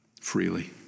freely